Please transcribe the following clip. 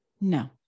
No